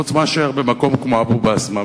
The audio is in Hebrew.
חוץ מאשר במקום כמו אבו-בסמה.